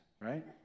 right